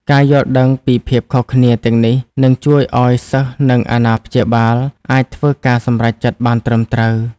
ការយល់ដឹងពីភាពខុសគ្នាទាំងនេះនឹងជួយឱ្យសិស្សនិងអាណាព្យាបាលអាចធ្វើការសម្រេចចិត្តបានត្រឹមត្រូវ។